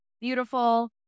beautiful